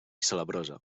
salabrosa